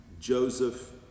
Joseph